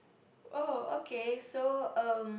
oh okay so um